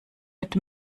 mit